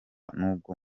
n’ubwo